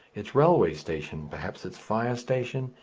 its railway-station, perhaps its fire-station,